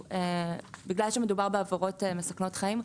בגלל שמדובר בעבירות מסכנות חיים,